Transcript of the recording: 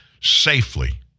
safely